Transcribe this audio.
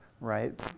right